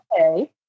okay